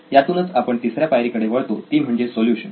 यातूनच आपण तिसऱ्या पायरी कडे वळतो ती म्हणजे सोल्युशन